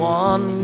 one